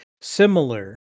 similar